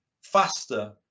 faster